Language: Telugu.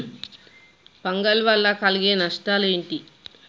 ఫంగల్ వల్ల కలిగే నష్టలేంటి?